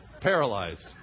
paralyzed